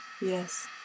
Yes